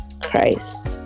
Christ